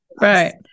right